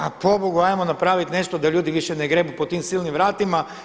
A pobogu, hajmo napravit nešto da ljudi više ne grebu po tim silnim vratima.